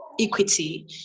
equity